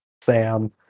Sam